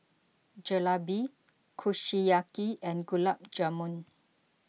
Jalebi Kushiyaki and Gulab Jamun